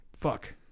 fuck